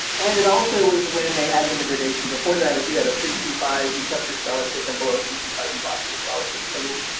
and it also was when they added in the gradation before that, if you had a three to five you kept your scholarship and below each and five you lost your scholarship. totally.